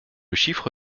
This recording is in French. chiffre